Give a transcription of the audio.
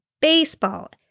baseball